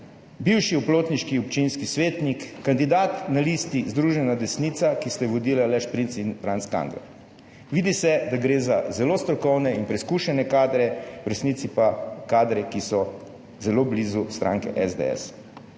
bivši oplotniški občinski svetnik, kandidat na listi Združena desnica, ki sta jo vodila Aleš Primc in Franc Kangler. Vidi se, da gre za zelo strokovne in preizkušene kadre, v resnici pa gre za kadre, ki so zelo blizu stranke SDS.